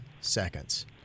seconds